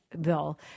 Bill